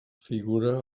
figura